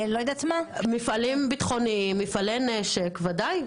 מפעלים ביטחוניים, מפעלי נשק בוודאי.